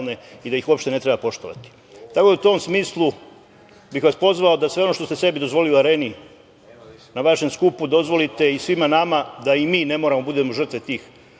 i da ih uopšte ne treba poštovati. Tako da, u tom smislu bih vas pozvao da sve ono što ste sebi dozvolili u Areni na vašem skupu, dozvolite i svima nama da i mi ne moramo da budemo žrtve tih